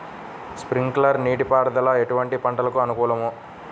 Sprinkler నీటిపారుదల ఎటువంటి పంటలకు అనుకూలము?